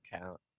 count